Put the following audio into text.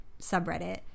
subreddit